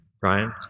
Brian